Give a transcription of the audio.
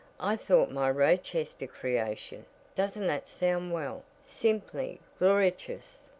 i thought my rochester creation doesn't that sound well simply gloriotious,